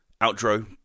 outro